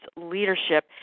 Leadership